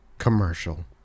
Commercial